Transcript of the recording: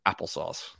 applesauce